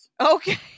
Okay